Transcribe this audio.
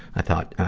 i thought, ah,